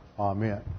Amen